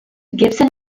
gibson